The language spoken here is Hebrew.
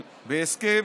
הסכם